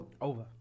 Over